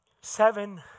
Seven